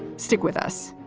stick with us